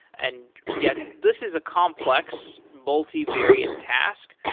and yet, this is a complex, multi-variant task.